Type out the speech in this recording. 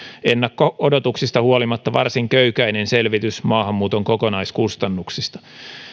ennakko odotuksista huolimatta varsin köykäinen selvitys maahanmuuton kokonaiskustannuksista